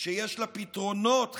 שיש לה פתרונות חברתיים.